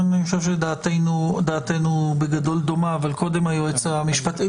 דעתנו בגדול דומה, אבל קודם היועץ המשפטי.